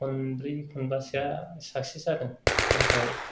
खनब्रै खनबासोआ साक्सेस जादों नाथाय